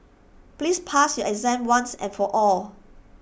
please pass your exam once and for all